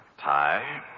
Tie